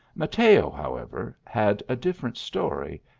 mateo, however, had a different story,